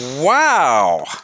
wow